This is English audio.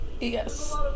Yes